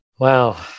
Wow